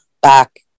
Back